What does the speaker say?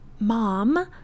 mom